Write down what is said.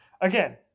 again